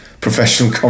professional